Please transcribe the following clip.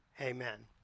amen